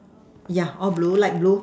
yeah all blue light blue